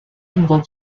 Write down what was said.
involve